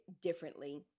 differently